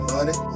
Money